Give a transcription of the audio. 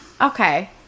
Okay